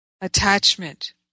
attachment